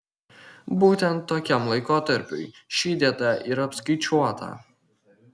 būtent tokiam laikotarpiui ši dieta ir apskaičiuota